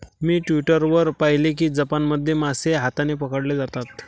मी Twitter वर पाहिले की जपानमध्ये मासे हाताने पकडले जातात